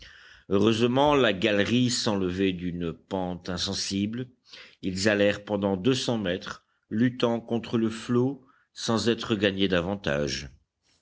heureusement la galerie s'élevait d'une pente insensible ils allèrent pendant deux cents mètres luttant contre le flot sans être gagnés davantage